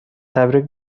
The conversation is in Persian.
تبریک